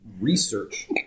research